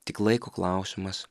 tik laiko klausimas